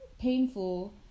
painful